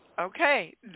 Okay